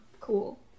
Cool